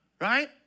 right